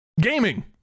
gaming